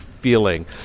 Feeling